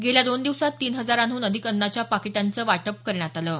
गेल्या दोन दिवसांत तीन हजारांहन अधिक अन्नाच्या पाकिटांचे वाटप करण्यात आले आहे